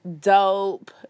Dope